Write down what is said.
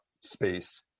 space